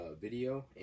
video